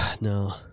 No